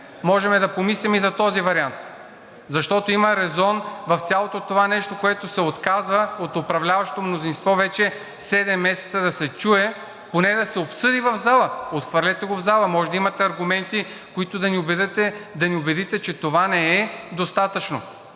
можем да помислим и за този вариант. Защото има резон в цялото това нещо, което се отказва от управляващото мнозинство вече седем месеца да се чуе, поне да се обсъди в залата. Отхвърлете го в залата. Може да имате аргументи, с които да ни убедите, че това не е достатъчно.